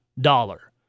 dollar